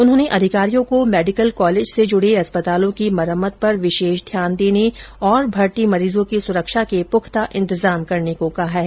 उन्होंने अधिकारियों को मेडिकल कॉलेज से सम्बद्ध अस्पतालों की मरम्मत पर विशेष ध्यान देने और भर्ती मरीजों की सुरक्षा के पुख्ता इंतजाम करने को कहा है